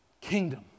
kingdom